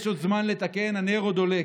יש עוד זמן לתקן, הנר עוד דולק.